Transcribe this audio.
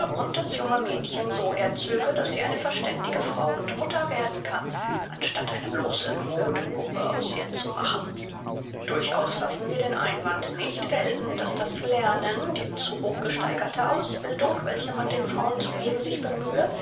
und das junge mädchen so erzöge daß sie eine verständige frau und mutter werden kann anstatt eine bloße modepuppe aus ihr zu machen durchaus lassen wir den einwand nicht gelten daß das lernen die zu hoch gesteigerte ausbildung welche man den frauen zu geben sich bemühe